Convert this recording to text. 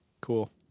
Cool